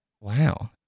Wow